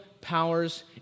powers